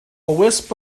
wisp